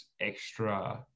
extra